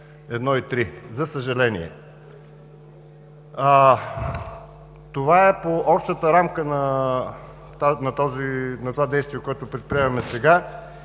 1 и 3, за съжаление. Това е по общата рамка на това действие, което предприемаме сега.